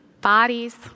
Bodies